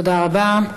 תודה רבה.